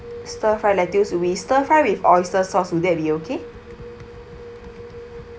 stir fry lettuce we stir fry with oyster sauce will that be okay